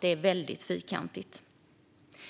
är väldigt fyrkantigt.